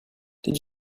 did